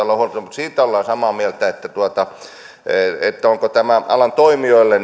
olla huolissaan mutta siitä ollaan samaa mieltä onko tämä uudistus hyvä alan toimijoille